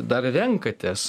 dar renkatės